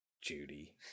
Judy